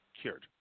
cured